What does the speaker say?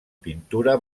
pintura